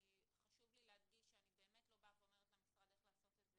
חשוב לי להדגיש שאני לא באה ואומרת למשרד איך לעשות את זה,